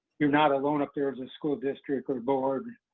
you're not alone up there as a school district or board,